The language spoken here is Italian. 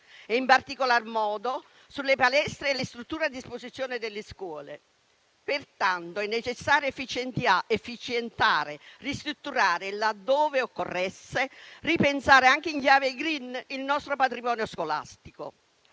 e in particolar modo sulle palestre e le strutture a disposizione delle scuole. Pertanto è necessario efficientare e ristrutturare laddove occorresse, ripensare anche in chiave *green* il nostro patrimonio scolastico.